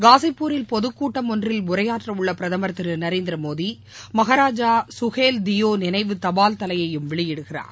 காஸிபாப்பூரில் பொது கூட்டம் ஒன்றில் உரையாற்றவுள்ள பிரதமர் திரு நரேந்திர மோடி மகாராஜா சுஹில்தியோ நினைவு தபால்தலையையும் வெளியிடுகிறார்